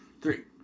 Three